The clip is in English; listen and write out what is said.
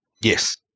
Yes